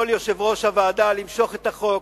יכול יושב-ראש הוועדה למשוך את החוק,